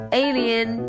alien